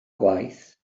gwaith